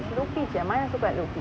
low pitch ya mine also quite low pitch